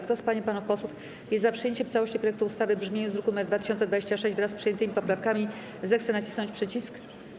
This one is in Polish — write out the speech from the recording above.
Kto z pań i panów posłów jest za przyjęciem w całości projektu ustawy w brzmieniu z druku nr 2026, wraz z przyjętymi poprawkami, zechce nacisnąć przycisk.